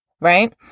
Right